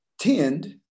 tend